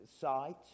site